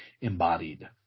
embodied